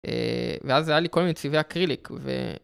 ואז זה היה לי כל מיני צבעי אקריליק.